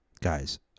Guys